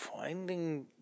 finding